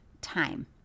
time